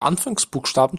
anfangsbuchstaben